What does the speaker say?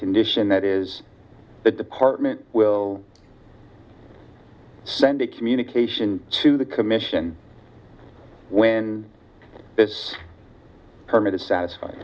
condition that is the department will send a communication to the commission when this permit is satisfied